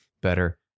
better